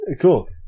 Cool